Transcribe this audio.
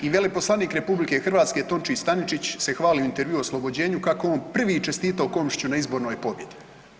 I veleposlanik RH Tonči Staničić se hvali u intervjuu u Oslobođenju kako je on prvi čestitao Komšiću na izbornoj pobjedi.